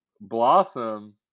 Blossom